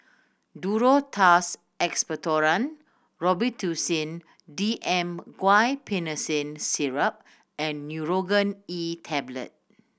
Duro Tuss Expectorant Robitussin D M Guaiphenesin Syrup and Nurogen E Tablet